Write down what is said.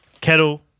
Kettle